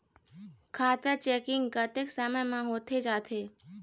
खाता चेकिंग कतेक समय म होथे जाथे?